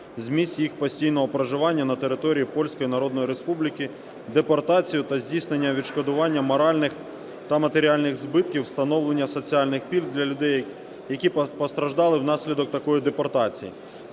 з місць їх постійного проживання на території Польської Народної Республіки депортацією та здійснення відшкодування моральних та матеріальних збитків, встановлення соціальних пільг для людей, які постраждали внаслідок такої депортації.